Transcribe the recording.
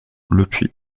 lepuix